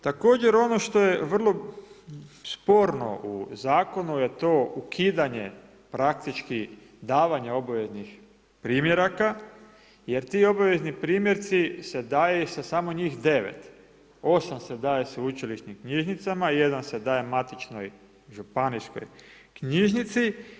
Također ono što je vrlo sporno u zakonu je to ukidanje, praktički davanje obaveznih primjeraka, jer ti obavezni primjerci, se daje samo njih 9. 8 se daje sveučilišnim knjižnicama, jedan se daje matičnoj županijskoj knjižnici.